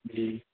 جی